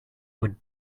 would